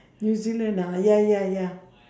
new-zealand ah ya ya ya